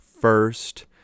first